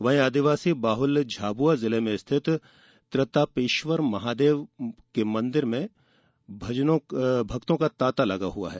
वहीं आदिवासी बाहुल्य झाबुआ जिले में स्थित त्रितापेश्वर महादेव के मंदिर में भक्तों का तांता लगा हुआ है